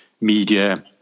media